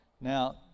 Now